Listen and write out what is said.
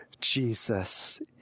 Jesus